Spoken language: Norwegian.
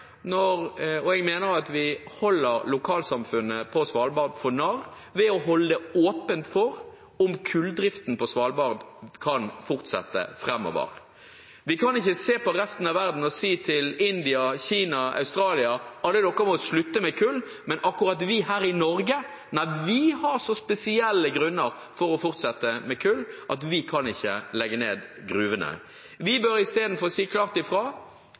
og jeg mener at vi holder lokalsamfunnet for narr ved å holde åpent for at kulldriften på Svalbard kan fortsette framover. Vi kan ikke se på resten av verden og si – til India, Kina, Australia – at alle dere må slutte med kull, men akkurat vi her i Norge, vi har så spesielle grunner for å fortsette med kull at vi ikke kan legge ned gruvene. Vi bør i stedet si klart ifra: Alle folk som jobber i